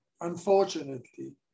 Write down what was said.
unfortunately